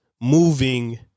moving